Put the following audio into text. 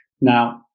Now